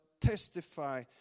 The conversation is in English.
testify